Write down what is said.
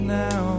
now